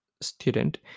student